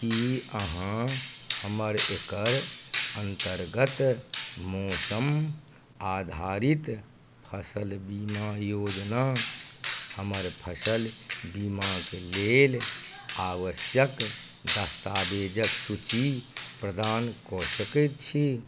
की अहाँ हमर एकर अन्तर्गत मौसम आधारित फसल बीमा योजना हमर फसल बीमाक लेल आवश्यक दस्ताबेजक सूची प्रदान कऽ सकैत छी